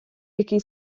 який